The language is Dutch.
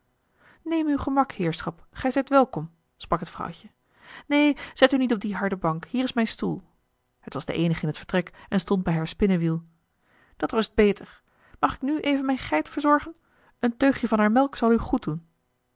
neem uw gemak heerschap gij zijt welkom sprak het vrouwtje neen zet u niet op die harde bank hier is mijn stoel het was de eenige in het vertrek en stond bij haar spinnewiel dat rust beter mag ik nu even mijne geit verzorgen een teugje van haar melk zal u goed doen